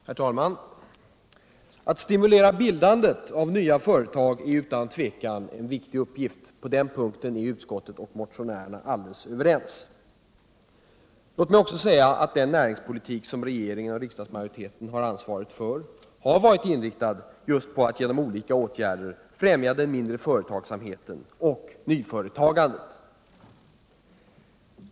Herr talman! Att stimulera bildandet av nya företag är utan tvivel en viktig uppgift — på den punkten är utskottet och motionärerna helt överens. Den näringspolitik som regeringen och riksdagsmajoriteten har ansvaret för har också varit inriktad på att genom olika åtgärder främja just den mindre företagsamheten och nyföretagandet.